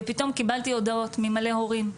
ופתאום קיבלתי הודעות ממלא הורים,